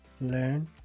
learn